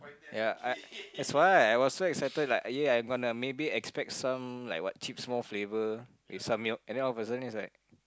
ya I that's why I was so excited like ya I gonna maybe expect some like what chipsmore flavor with some milk and then all of a sudden it's like